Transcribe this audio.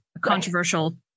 controversial